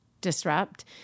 disrupt